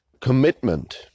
commitment